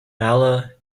mala